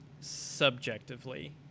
subjectively